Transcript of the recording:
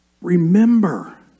Remember